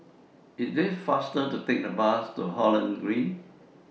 IT IS faster to Take The Bus to Holland Green